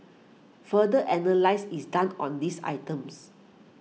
further analysis is done on these items